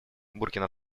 буркина